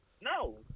No